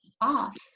boss